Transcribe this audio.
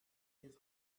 his